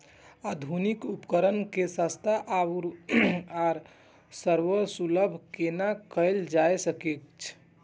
आधुनिक उपकण के सस्ता आर सर्वसुलभ केना कैयल जाए सकेछ?